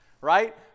right